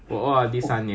还没有 lah